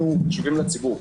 אנחנו קשובים לציבור.